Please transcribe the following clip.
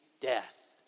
death